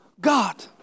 God